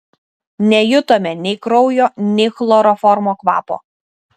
nejutome nei kraujo nei chloroformo kvapo